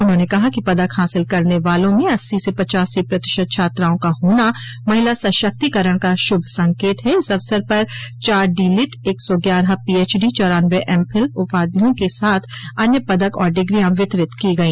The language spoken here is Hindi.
उन्होंने कहा कि पदक हासिल करने वालों में अस्सी से पच्चासी प्रतिशत छात्राओं का होना महिला सशक्तिकरण का श्भ संकेत हैं इस अवसर पर चार डिलिट एक सौ ग्यारह पीएचडी चौरानवे एमफिल उपाधियों के साथ अन्य पदक और डिग्रिया वितरित की गई